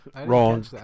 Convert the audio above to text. wrong